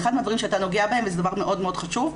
ואחד מהדברים שאתה נוגע בהם וזה דבר מאוד חשוב,